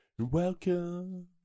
Welcome